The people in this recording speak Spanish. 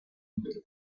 entero